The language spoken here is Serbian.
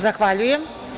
Zahvaljujem.